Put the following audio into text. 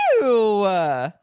Ew